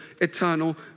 eternal